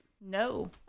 No